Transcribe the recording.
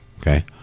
Okay